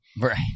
Right